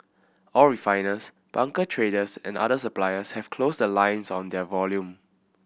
all refiners bunker traders and other suppliers have closed lines on their volume